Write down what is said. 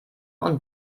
und